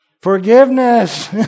forgiveness